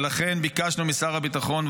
ולכן ביקשנו משר הביטחון,